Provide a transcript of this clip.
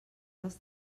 les